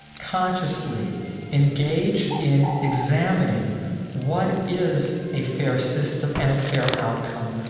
consciously engage in examining what is a fair system and a fair outcome?